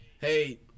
hey